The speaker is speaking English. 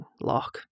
lock